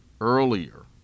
earlier